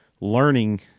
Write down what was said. learning